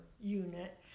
unit